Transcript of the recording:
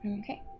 Okay